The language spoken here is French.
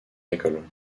école